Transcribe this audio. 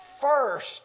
first